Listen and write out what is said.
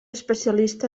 especialista